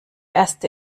erste